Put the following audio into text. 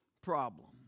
problem